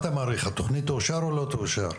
התכנית תאושר או לא תאושר?